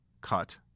cut